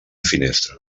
finestra